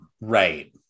right